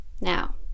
Now